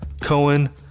Cohen